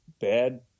bad